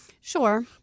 Sure